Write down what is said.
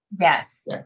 Yes